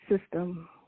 system